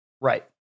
Right